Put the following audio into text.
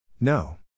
No